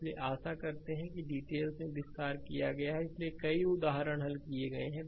इसलिए आशा करते हैं कि डीटेल्स मे विस्तार किया गया है इसलिए कई उदाहरण हल किए गए हैं